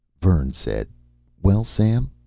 vern said well, sam?